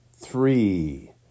three